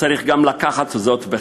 צריך גם את זה לקחת בחשבון.